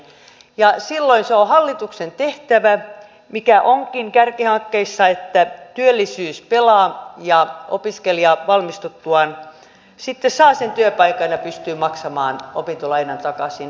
ja silloin se on hallituksen tehtävä mikä onkin kärkihankkeissa että työllisyys pelaa ja opiskelija valmistuttuaan sitten saa sen työpaikan ja pystyy maksamaan opintolainan takaisin